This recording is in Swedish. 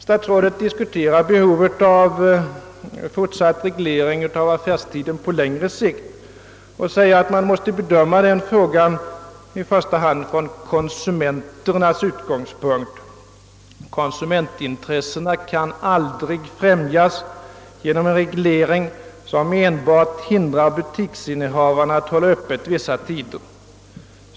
Statsrådet diskuterar behovet av fortsatt reglering av arbetstiden på längre sikt och säger, att man måste bedöma den frågan i första hand från konsumenternas utgångspunkt. Konsumentintressena kan aldrig främjas genom en reglering som enbart hindrar butiksinnehavarna att hålla öppet vissa tider.